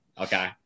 Okay